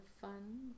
fun